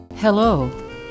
Hello